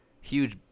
huge